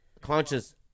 conscious